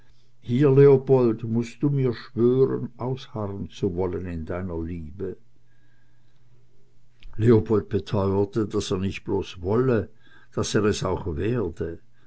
hier leopold mußt du mir schwören ausharren zu wollen in deiner liebe leopold beteuerte daß er nicht bloß wolle daß er es auch werde